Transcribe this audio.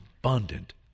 abundant